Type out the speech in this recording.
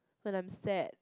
when I'm sad